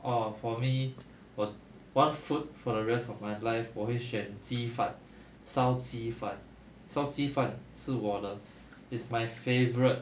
orh for me one one food for the rest of my life 我会选鸡饭烧鸡饭烧鸡饭是我的 is my favourite